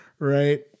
Right